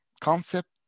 concept